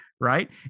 right